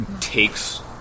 takes